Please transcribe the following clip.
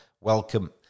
welcome